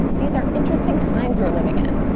these are interesting times we're living in,